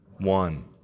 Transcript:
One